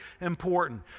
important